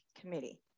Committee